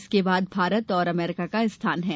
इसके बाद भारत और अमरीका का स्थान है